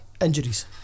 injuries